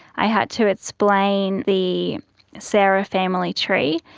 i had to explain the sarah family tree.